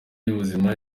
y’ubuzima